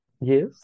Yes